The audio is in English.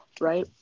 right